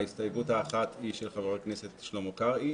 הסתייגות אחת היא של חבר הכנסת שלמה קרעי,